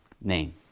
name